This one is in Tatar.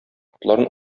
атларын